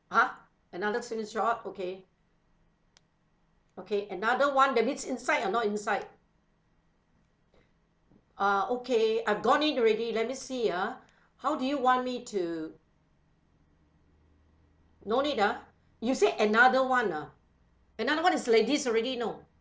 !huh! another screenshot okay okay another [one] that means inside or not inside uh okay I've gone in already let me see ah how do you want me to no need ah you said another [one] ah another [one] is like this already you know